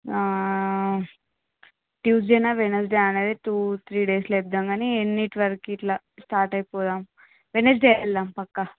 ట్యూస్డేనా Wednesday అనేది two డేస్లో చెప్దాం కానీ ఎన్ని ట్వెల్కి అలా స్టార్ట్ అయిపోదాం వెనస్డే వెళ్దాం పక్కా